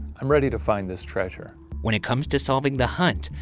i'm ready to find this treasure. when it comes to solving the hunt,